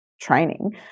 training